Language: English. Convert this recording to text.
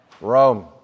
Rome